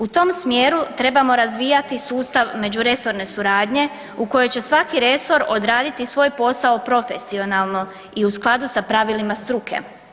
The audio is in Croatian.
U tom smjeru trebamo razvijati sustav međuresorne suradnje u kojem će svaki resor odraditi svoj posao profesionalno i u skladu sa pravilima struke.